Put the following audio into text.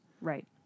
Right